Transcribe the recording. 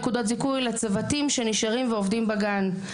נקודות זיכוי לצוותים שנשארים ועובדים בגן,